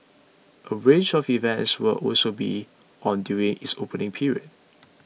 a range of events will also be on during its opening period